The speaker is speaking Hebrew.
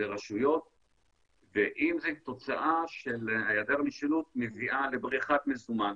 לרשויות ואם זה תוצאה של היעדר משילות שמביאה לבריחת במזומן,